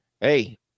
hey